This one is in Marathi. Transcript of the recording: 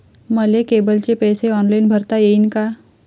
मले केबलचे पैसे ऑनलाईन भरता येईन का?